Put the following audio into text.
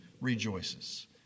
rejoices